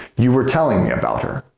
you were telling me about her.